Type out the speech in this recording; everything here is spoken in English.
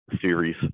series